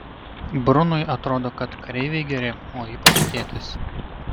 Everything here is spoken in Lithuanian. brunui atrodo kad kareiviai geri o ypač tėtis